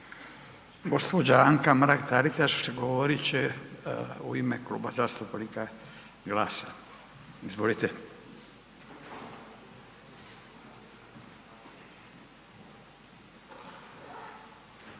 Gđa. Anka Mrak Taritaš govorit će u ime Kluba zastupnika GLAS-a, izvolite.